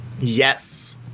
Yes